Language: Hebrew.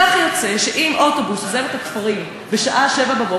כך יוצא שאם אוטובוס עוזב את הכפרים בשעה 07:00,